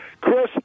Chris